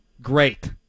Great